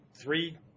three